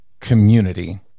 community